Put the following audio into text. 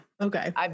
Okay